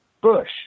bush